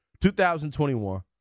2021